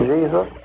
Jesus